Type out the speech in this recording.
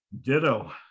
Ditto